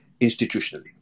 institutionally